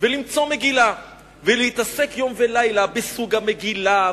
ולמצוא מגילה ולהתעסק יום ולילה בסוג המגילה,